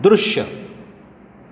दृश्य